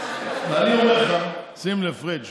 ואני אומר לך, שים לב, פריג',